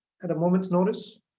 at a moment's notice